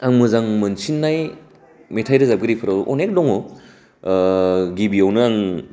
आं मोजां मोनसिनाय मेथाइ रोजाबगिरिफ्राव अनेक दङ गिबियावनो आं